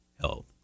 health